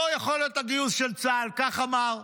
זה יכולת הגיוס של צה"ל, כך אמר.